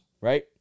right